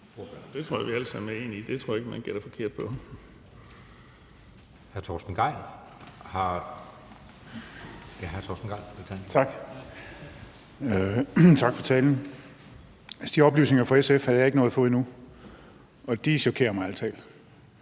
Det tror jeg vi alle sammen enige i. Det tror jeg ikke man gætter forkert på.